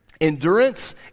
endurance